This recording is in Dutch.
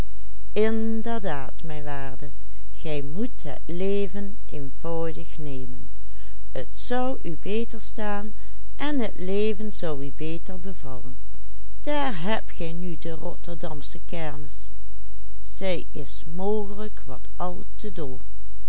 en het leven zou u beter bevallen daar hebt gij nu de rotterdamsche kermis zij is mogelijk wat al te dol